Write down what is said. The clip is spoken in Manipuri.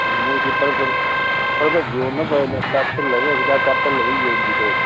ꯎꯝ ꯃꯣꯏꯗꯤ ꯄꯔꯞ ꯄꯔꯞ ꯄꯔꯞ ꯄꯔꯞ ꯌꯣꯟꯅꯕꯅ ꯍꯤꯗꯥꯛ ꯀꯥꯞꯁꯤꯜꯂꯒ ꯍꯤꯗꯥꯛ ꯀꯥꯞꯁꯤꯜꯂꯒ ꯌꯣꯟꯕꯤꯗꯣ